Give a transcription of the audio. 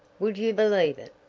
would you believe it?